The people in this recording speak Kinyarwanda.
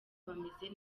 bameze